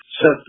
set